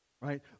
right